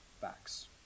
facts